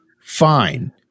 fine